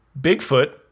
Bigfoot